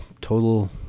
total